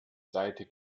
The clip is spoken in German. seite